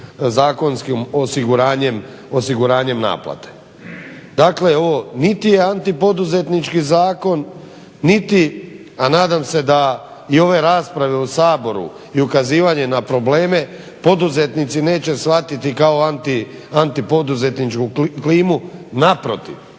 zakonskim osiguranjem naplate. Dakle, ovo niti je anti poduzetnički zakon, niti a nadam se da i ove rasprave u Saboru i ukazivanje na probleme poduzetnici neće shvatiti kao anti poduzetničku klimu. Naprotiv